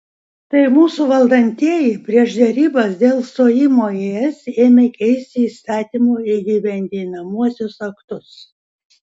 tai mūsų valdantieji prieš derybas dėl stojimo į es ėmė keisti įstatymų įgyvendinamuosius aktus